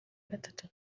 gatatu